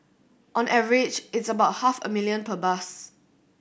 on average it's about half a million per bus